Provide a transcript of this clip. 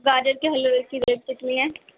گاجر کے حلوے کی ریٹ کتنی ہے